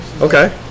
Okay